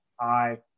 hi